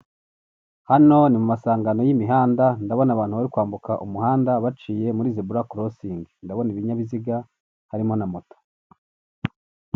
Hano ni mu masangano y'imihanda ndabona abantu bari kwambuka umuhanda baciye muri zebura korosingi ndabona ibinyabiziga harimo na moto.